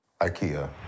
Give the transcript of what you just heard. IKEA